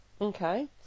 Okay